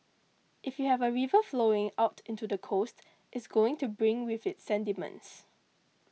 if you have a river flowing out into the coast it's going to bring with it sediments